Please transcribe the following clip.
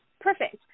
Perfect